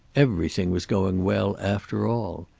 everything was going well, after all.